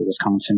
Wisconsin